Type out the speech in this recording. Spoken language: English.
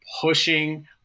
pushing